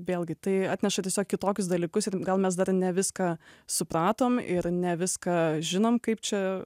vėlgi tai atneša tiesiog kitokius dalykus ir gal mes dar ne viską supratom ir ne viską žinom kaip čia